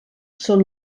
són